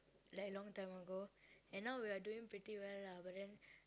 like long time ago and now we are doing pretty well lah but then